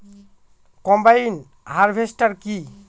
Combine harvester কি?